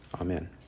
amen